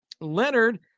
Leonard